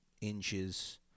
inches